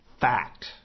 fact